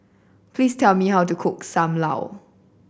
please tell me how to cook Sam Lau